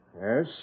Yes